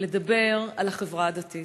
לדבר על החברה הדתית,